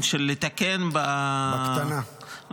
בקטנה.